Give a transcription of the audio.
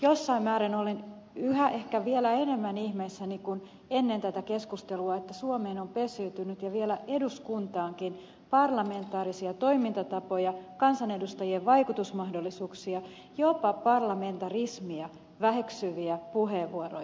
jossain määrin olen yhä ehkä vielä enemmän ihmeissäni kuin ennen tätä keskustelua että suomeen on pesiytynyt ja vielä eduskuntaankin parlamentaarisia toimintatapoja kansanedustajien vaikutusmahdollisuuksia jopa parlamentarismia väheksyviä puheenvuoroja